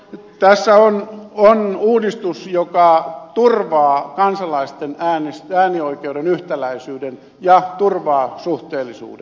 tässä on uudistus joka turvaa kansalaisten äänioikeuden yhtäläisyyden ja turvaa suhteellisuuden